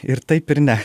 ir taip ir ne